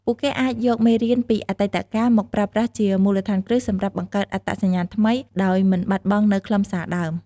ពួកគេអាចយកមេរៀនពីអតីតកាលមកប្រើប្រាស់ជាមូលដ្ឋានគ្រឹះសម្រាប់បង្កើតអត្តសញ្ញាណថ្មី ដោយមិនបាត់បង់នូវខ្លឹមសារដើម។